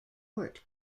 port